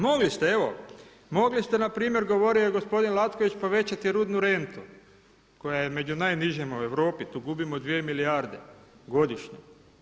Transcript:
Mogli ste evo, mogli ste npr. govorio je gospodin Lacković, povećati rudnu rentu koja je među najnižima u Europi, tu gubimo dvije milijarde godišnje.